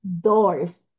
doors